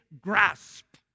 grasp